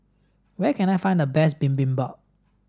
where can I find the best Bibimbap